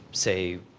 say,